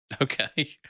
Okay